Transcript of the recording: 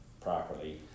properly